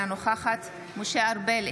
אינה נוכחת משה ארבל,